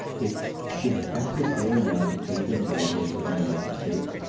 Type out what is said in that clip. it's it's better here in the united kingdom than it is in the united states.